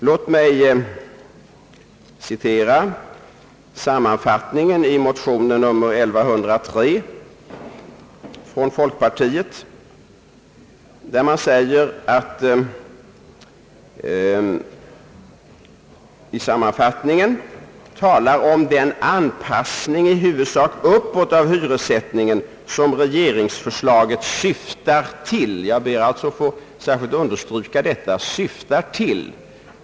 Låt mig citera något av sammanfattningen i motion II: 1103 från folkpartiet, där man talar om »den anpassning i huvudsak uppåt av hyressättningen, som regeringsförslaget syftar till» — jag ber att särskilt få understryka detta »syftar till».